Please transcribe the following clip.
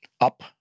up